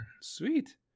sweet